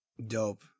dope